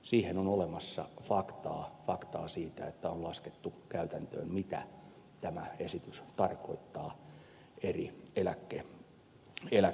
siihen on olemassa faktaa faktaa siitä että on laskettu käytännössä mitä tämä esitys tarkoittaa eri eläketasoilla